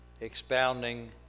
expounding